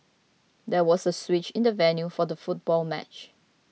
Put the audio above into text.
there was a switch in the venue for the football match